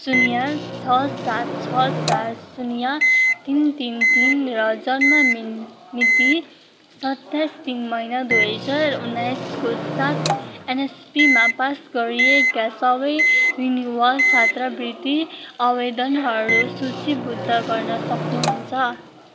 शून्य छ सात छ चार शून्य तिन तिन तिन र जन्म मिइ मिति सत्ताइस तिन महिना दुई हजार उन्नाइसको सात एनएसपीमा पास गरिएका सबै युनिभर्स छात्रवृति आवेदनहरू सूचीबद्ध गर्न सक्नुहुन्छ